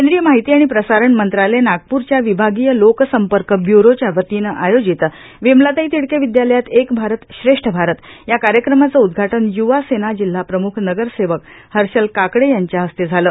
केंद्रीय माहिती आणि प्रसारण मंत्रालय नागपूरच्या विभागीय लोक संपर्क ब्यूरोच्या वतीनं आयोजित विमलताई तिडके विद्यालयात श्रक आरत श्रेष्ठ आरतश्व या कार्यक्रमाचं उद्घाटन य्वासेना जिल्हाप्रम्ख नगरसेवक हर्षल काकडे यांच्या हस्ते झालं